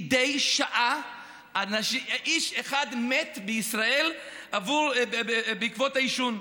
מדי שעה איש אחד מת בישראל בעקבות העישון.